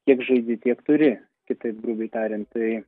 kiek žaidi tiek turi kitaip grubiai tariant tai